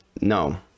No